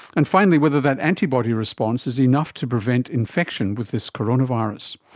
and finally whether that antibody response is enough to prevent infection with this coronavirus.